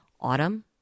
Autumn